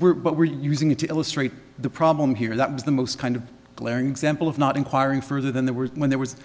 but we're using it to illustrate the problem here that was the most kind of glaring example of not inquiring further than there were when there was